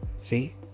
See